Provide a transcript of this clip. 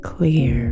Clear